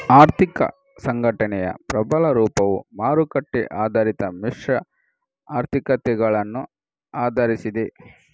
ಆರ್ಥಿಕ ಸಂಘಟನೆಯ ಪ್ರಬಲ ರೂಪವು ಮಾರುಕಟ್ಟೆ ಆಧಾರಿತ ಮಿಶ್ರ ಆರ್ಥಿಕತೆಗಳನ್ನು ಆಧರಿಸಿದೆ